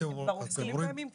אתם --- ההסכמים קיימים כבר,